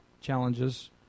challenges